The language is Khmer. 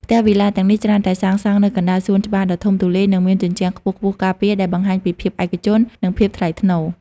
ផ្ទះវីឡាទាំងនេះច្រើនតែសាងសង់នៅកណ្តាលសួនច្បារដ៏ធំទូលាយ និងមានជញ្ជាំងខ្ពស់ៗការពារ ដែលបង្ហាញពីភាពឯកជន និងភាពថ្លៃថ្នូរ។